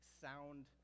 sound